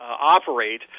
operate